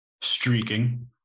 streaking